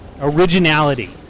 Originality